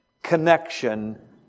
connection